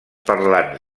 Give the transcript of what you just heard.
parlants